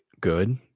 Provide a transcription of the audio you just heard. good